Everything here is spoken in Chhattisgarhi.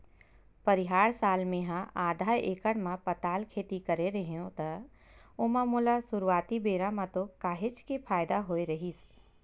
परिहार साल मेहा आधा एकड़ म पताल खेती करे रेहेव त ओमा मोला सुरुवाती बेरा म तो काहेच के फायदा होय रहिस